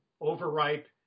overripe